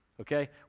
okay